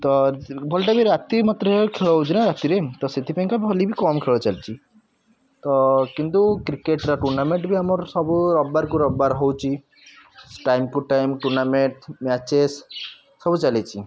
ତ ଭଲିଟା ବି ରାତି ମାତ୍ରାରେ ଖେଳ ହେଉଛିନା ରାତିରେ ତ ସେଥିପାଇଁକା ଭଲି ବି କମ୍ ଖେଳ ଚାଲିଛି ତ କିନ୍ତୁ କ୍ରିକେଟ୍ର ଟୁର୍ଣ୍ଣାମେଣ୍ଟ୍ ବି ଆମର ସବୁ ରବିବାରକୁ ରବିବାର ହେଉଛି ଟାଇମ୍ କୁ ଟାଇମ୍ ଟୁର୍ଣ୍ଣାମେଣ୍ଟ୍ ମ୍ୟାଚେସ୍ ସବୁ ଚାଲିଛି